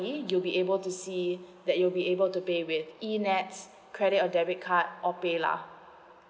you be able to see that you'll be able to pay with E_N_E_T_S credit or debit card or paylah